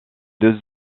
deux